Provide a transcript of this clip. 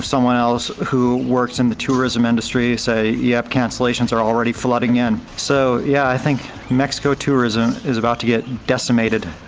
someone else who works in the tourism industry say yep, cancellations are already flooding in. so yeah, i think mexico tourism is about to get decimated,